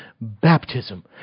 baptism